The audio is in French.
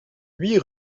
huit